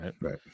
Right